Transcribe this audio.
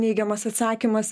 neigiamas atsakymas